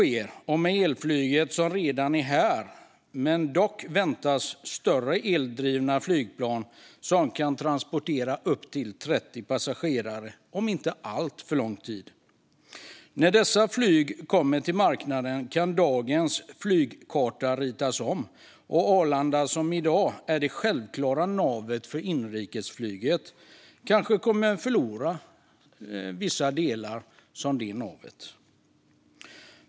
Elflyget är redan här, och större eldrivna flygplan som kan transportera upp till 30 passagerare väntas om inte alltför lång tid. När dessa flyg kommer på marknaden kan dagens flygkarta ritas om, och Arlanda som i dag är det självklara navet för inrikesflyget kanske då förlorar lite av det.